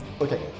Okay